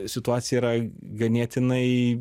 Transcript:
situacija yra ganėtinai